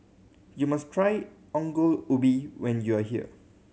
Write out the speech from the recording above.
you must try Ongol Ubi when you are here